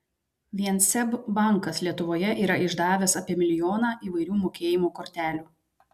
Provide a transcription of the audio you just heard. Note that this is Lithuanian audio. vien seb bankas lietuvoje yra išdavęs apie milijoną įvairių mokėjimo kortelių